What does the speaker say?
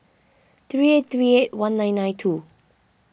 three eight three eight one nine nine two